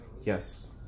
Yes